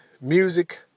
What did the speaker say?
music